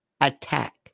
attack